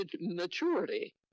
maturity